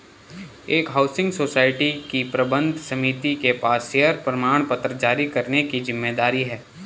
एक housing society की प्रबंध समिति के पास शेयर प्रमाणपत्र जारी करने की जिम्मेदारी है